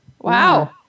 Wow